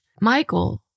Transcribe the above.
Michael